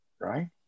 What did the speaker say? right